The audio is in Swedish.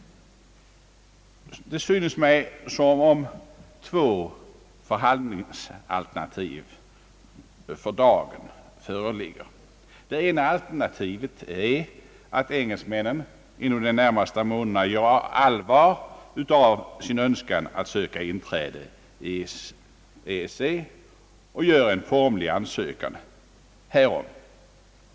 Det synes mig som om två förhandlingsalternativ för dagen föreligger. Det ena alternativet är att engelsmännen inom de närmaste månaderna gör allvar av sin önskan att söka inträde i EEC och formligen ansöker härom.